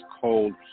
cold